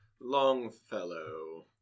Longfellow